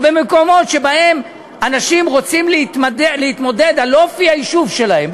במקומות שבהם אנשים רוצים להתמודד על אופי היישוב שלהם,